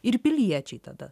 ir piliečiai tada